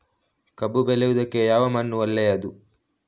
ಕಬ್ಬು ಬೆಳೆಯುವುದಕ್ಕೆ ಯಾವ ಮಣ್ಣು ಒಳ್ಳೆಯದು?